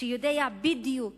שיודע בדיוק